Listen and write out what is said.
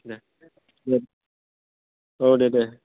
दे औ दे दे